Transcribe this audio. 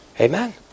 Amen